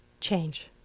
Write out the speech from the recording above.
change